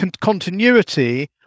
continuity